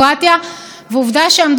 כנראה אף אחת לא טרחה,